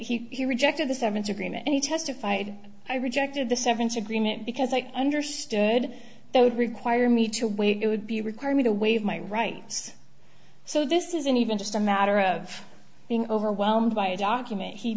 t he rejected the seventh agreement and he testified i rejected the severance agreement because i understood they would require me to waive it would be require me to waive my rights so this isn't even just a matter of being overwhelmed by a document he